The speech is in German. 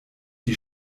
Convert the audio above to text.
die